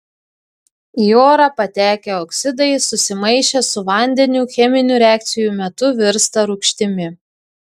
į orą patekę oksidai susimaišę su vandeniu cheminių reakcijų metu virsta rūgštimi